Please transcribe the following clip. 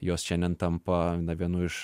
jos šiandien tampa vienu iš